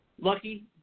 lucky